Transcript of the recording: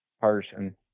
person